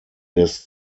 des